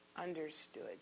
understood